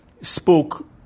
spoke